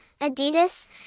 Adidas